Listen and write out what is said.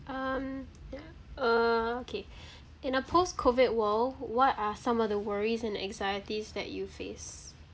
um ya uh K in a post COVID world what are some of the worries and anxieties that you face